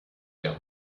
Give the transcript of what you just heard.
der